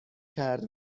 کرد